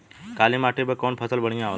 काली माटी पर कउन फसल बढ़िया होला?